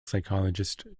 psychologist